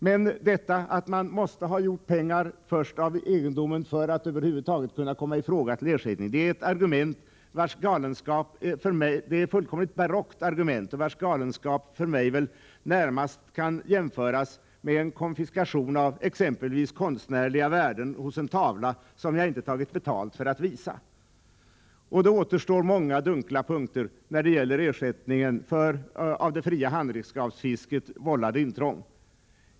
Men detta att man måste ha gjort pengar först av egendomen för att över huvud taget komma i fråga för ersättning är för mig ett fullkomligt barockt argument, vars galenskap närmast kan jämföras med en konfiskation av exempelvis konstnärliga värden hos en tavla som jag inte tagit betalt för att visa. Och det återstår många dunkla punkter när det gäller ersättningen för av det fria handredskapsfisket vållade intrång.